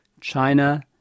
China